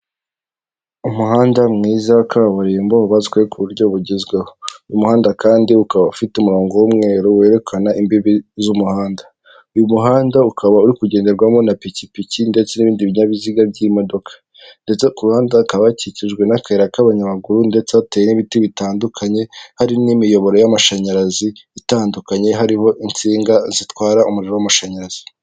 Umuhanda mwiza wa kaburimbo wubatswe ku buryo bugezweho, uyu muhanda kandi ukaba ufite umurongo w'umweru werekana imbibi z'umuhanda, uyu muhanda ukaba uri kugenderwamo na pikipiki ndetse n'ibindi binyabiziga by'imodoka ndetse ku ruhande hakaba hakikijwe n'akayira k'abanyamaguru ndetse hateye n'ibiti bitandukanye hari n'imiyoboro y'amashanyarazi itandukanye, harimo insinga zitwara umuriro w'amashanyarazi.